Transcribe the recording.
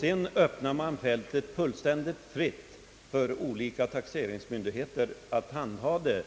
Sedan står fältet fullständigt fritt för olika taxeringsmyndigheter att tolka den